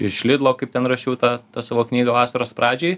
iš lidlo kaip ten rašiau tą savo knygą vasaros pradžioj